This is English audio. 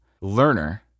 learner